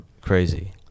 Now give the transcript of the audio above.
crazy